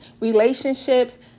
relationships